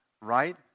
right